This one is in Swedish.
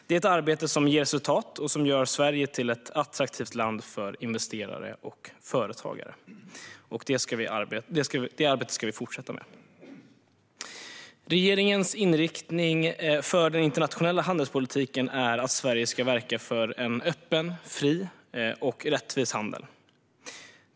Det är ett arbete som ger resultat och som gör Sverige till ett attraktivt land för investerare och företagare. Det arbetet ska vi fortsätta med. Regeringens inriktning för den internationella handelspolitiken är att Sverige ska verka för en öppen, fri och rättvis handel.